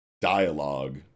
dialogue